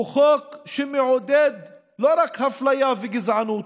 הוא חוק שמעודד לא רק אפליה וגזענות,